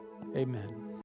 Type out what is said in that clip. Amen